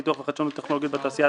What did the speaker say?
פיתוח וחדשנות טכנולוגית בתעשייה,